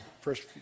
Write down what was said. first